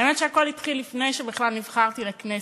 האמת היא שהכול התחיל לפני שבכלל נבחרתי לכנסת.